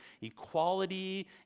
equality